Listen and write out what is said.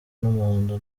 umuhondo